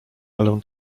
ale